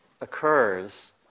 occurs